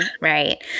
right